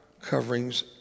coverings